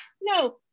no